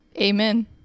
Amen